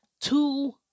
two